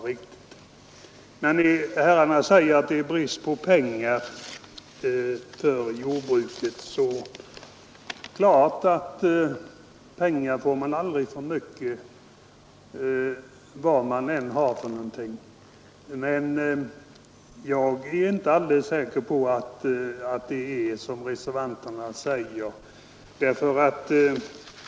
Reservanterna säger också att det råder brist på pengar inom jordbruket. Ja, pengar får man ju aldrig för mycket av, vilken rörelse som man än driver. Men jag är inte alldeles säker på att det är riktigt som reservanterna säger.